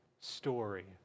story